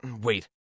Wait